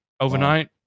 overnight